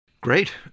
Great